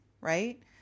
right